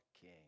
king